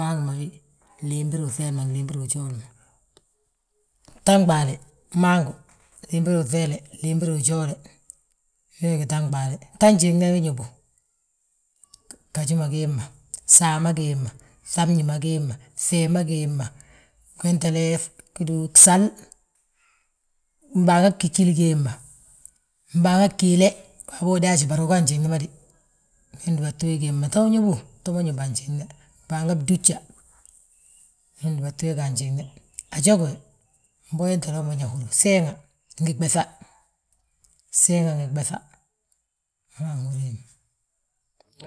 Mangu ma wi, limbiri uŧeele ma ngi limbiri ujooli, tan ɓaale, mangu, limbiri uŧeele, limbiri ujoole, wee gí tan ɓaale. Tan njiŋne wi ñóbu, gaju ma gee ma, saama gee ma, fŧamñi ma gee ma, nŧee ma gee ma, wéntele gidúu gsal, mbaaŋa gigili gee ma, mbaaŋa giile. Waabo udaaju bari uga a njiŋni ma dé, we ndúbatu we gee hemma ta ma ñóbu, ta ma ñóba a njiŋe, mbaaŋa bdújja, we ndúbatu we ga njiŋne. A jogi we, mbo wéntele wo wi ñe húru seeŋa, ngi gbésa, wi ma wi nhúri hemma.